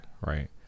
Right